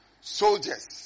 soldiers